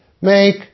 Make